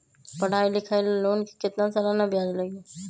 पढाई लिखाई ला लोन के कितना सालाना ब्याज लगी?